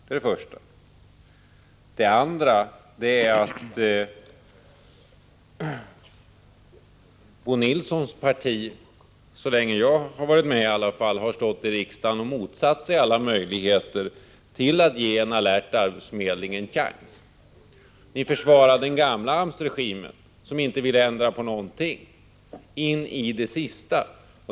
För det andra har Bo Nilssons parti, i varje fall så länge jag har varit med i riksdagen, motsatt sig alla möjligheter att ge en alert arbetsförmedling en chans. Ni försvarade den gamla AMS-regimen, som inte ville ändra på någonting, in i det sista.